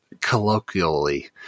colloquially